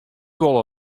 wolle